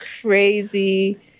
crazy